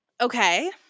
Okay